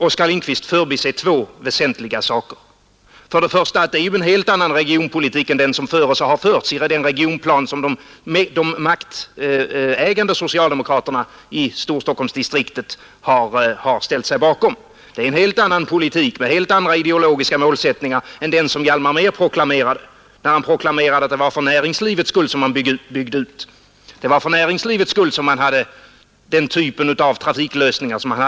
Oskar Lindkvist måste då förbise två väsentliga saker. En sådan politik skulle vara en helt annan än den regionpolitik som förs och har förts, och den stämmer inte överens med den regionplan som de maktägande socialdemokraterna i Storstockholmsdistriktet har ställt sig bakom. Den politik som förts har helt andra ideologiska målsättningar Hjalmar Mehr förklarade att det var för näringslivets skull man byggde ut. Det var för näringslivets skull man bestämde sig för en viss typ av trafiklösningar.